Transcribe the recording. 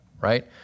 right